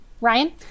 Ryan